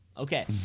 Okay